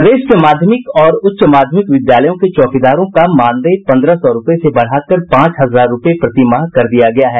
प्रदेश के माध्यमिक और उच्च माध्यमिक विद्यालयों के चौकीदारों का मानदेय पन्द्रह सौ रूपये से बढ़ाकर पांच हजार रूपये प्रति माह कर दिया गया है